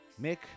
Mick